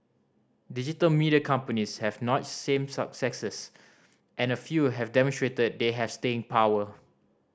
digital media companies have notched same successes and a few have demonstrated they have staying power